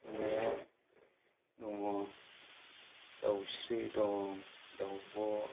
नुनायाव दङ दाउस्रि दं दावब'